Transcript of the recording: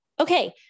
Okay